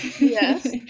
yes